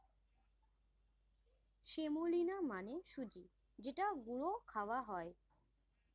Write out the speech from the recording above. semolina মানে সুজি যেটা গুঁড়ো খাওয়া হয়